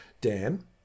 Dan